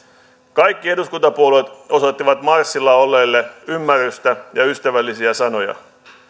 kaikki eduskuntapuolueet osoittivat marssilla olleille ymmärrystä ja ystävällisiä sanoja